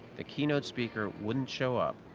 the keynote speaker wouldn't show up,